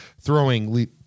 throwing